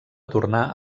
tornar